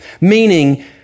meaning